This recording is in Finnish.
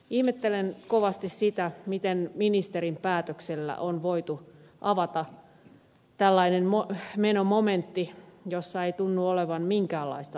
ihmettelen kovasti sitä miten ministerin päätöksellä on voitu avata tällainen menomomentti jossa ei tunnu olevan minkäänlaista limiittiä